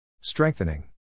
strengthening